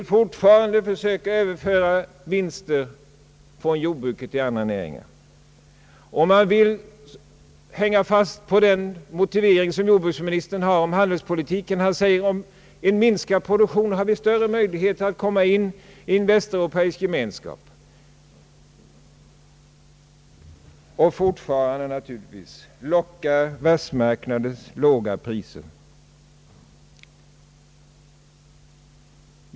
Man vill fortfarande försöka överföra vinster från jordbruket till andra näringar, och man vill hänga fast vid den motivering som jordbruksministern anför i fråga om handelspolitiken. Han säger att vi om vi minskar produktionen har större möjligheter att komma in i en västeuropeisk gemenskap. Och fortfarande lockar naturligtvis världsmarknadens låga priser.